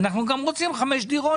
אנחנו גם רוצים שיהיו חמש דירות.